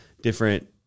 different